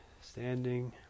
standing